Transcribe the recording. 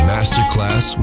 Masterclass